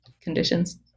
conditions